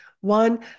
One